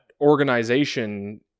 organization